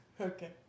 Okay